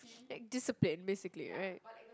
like discipline basically right